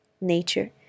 Nature